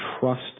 trust